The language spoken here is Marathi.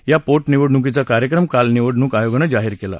या पोटनिवडणुकीचा कार्यक्रम काल निवडणूक आयोगानं जाहीर केला